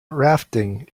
rafting